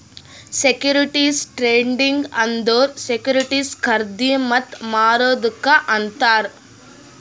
securities trading ಅಂದುರ್ securities ಖರ್ದಿ ಮತ್ತ ಮಾರದುಕ್ ಅಂತಾರ್